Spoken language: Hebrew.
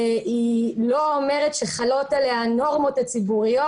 לא אומרת שחלות עליה הנורמות הציבוריות